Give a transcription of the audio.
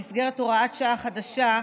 במסגרת הוראת שעה חדשה,